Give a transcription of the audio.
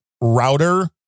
router